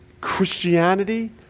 Christianity